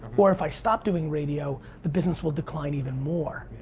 or if i stop doing radio, the business will decline even more.